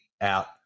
out